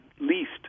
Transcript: least